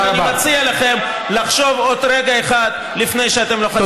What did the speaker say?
ולכן אני מציע לכם לחשוב עוד רגע אחד לפני שאתם לוחצים על הכפתור נגד.